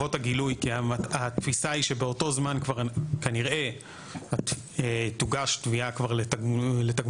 לחובות הגילוי כי התפיסה היא שבאותו זמן כבר כנראה תוגש תביעה כבר לתגמולי